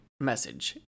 message